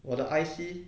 我的 I_C